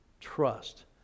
Trust